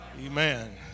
Amen